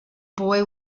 boy